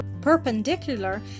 perpendicular